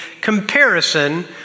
comparison